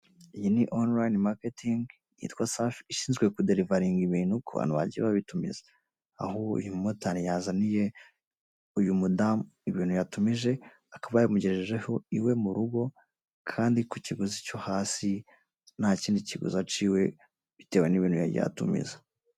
Iyi ni onilayine maketingi yitwa safi ishinzwe kuderivaringa ibintu ku bantu bagiye babitumiza, aho uyu mumotari yazaniye uyu mudamu ibintu yatumije akaba yamugejejeho iwe mu rugo kandi ku kiguzi cyo hasi, ntakindi kiguzi aciwe bitewe n'ibintu yagiye atumiza.